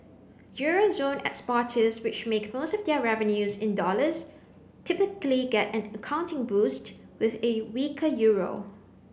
euro zone exporters which make most of their revenues in dollars typically get an accounting boost with a weaker euro